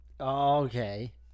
Okay